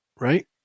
right